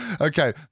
okay